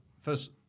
first